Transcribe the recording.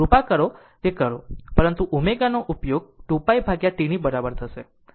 કૃપા કરી તે કરો પરંતુ ω નો ઉપયોગ 2π T ની બરાબર થશે